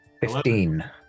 Fifteen